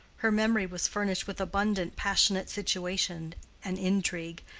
her memory was furnished with abundant passionate situation and intrigue,